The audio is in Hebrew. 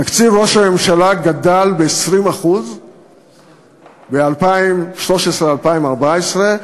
תקציב ראש הממשלה גדל ב-20% ב-2013 2014,